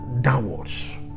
downwards